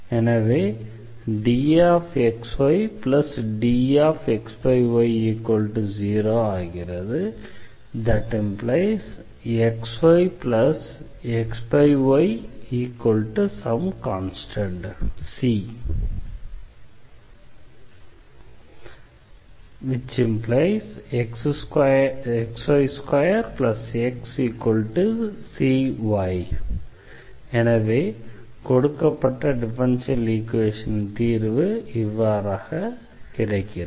எனவே ⟹dxydxy0 ⟹xyxyc ⟹xy2xcy எனவே கொடுக்கப்பட்ட டிஃபரன்ஷியல் ஈக்வேஷனின் தீர்வு கிடைக்கிறது